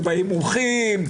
שבאים מומחים,